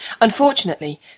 Unfortunately